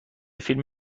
فیلم